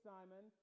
Simon